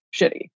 shitty